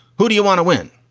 who do you want to win.